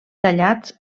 tallats